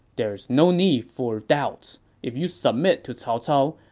there's no need for doubts. if you submit to cao cao,